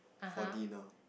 for dinner